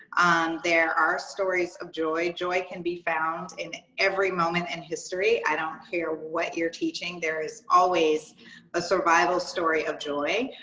there are stories of joy. joy can be found in every moment in history. i don't care what you're teaching, there is always a survival story of joy.